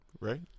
right